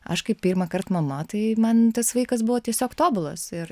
aš kai pirmąkart mama tai man tas vaikas buvo tiesiog tobulas ir